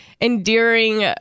endearing